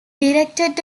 directed